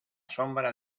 sombra